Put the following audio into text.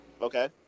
Okay